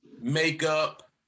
makeup